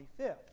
25th